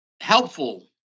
helpful